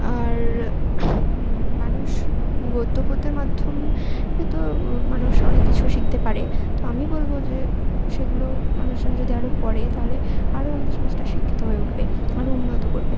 আর মানুষ গদ্য পদ্যের মাধ্যম এ তো মানুষ অনেক কিছু শিখতে পারে তো আমি বলবো যে সেগুলো মানুষজন যদি আরও পড়ে তাহলে আরও আমাদের সমাজটা শিক্ষিত হয়ে উঠবে আরও উন্নতি করবে